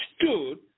stood